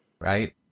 right